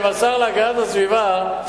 אם השר להגנת הסביבה,